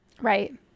right